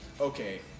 okay